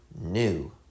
new